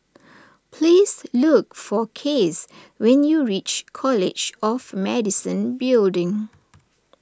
please look for Case when you reach College of Medicine Building